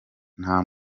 nta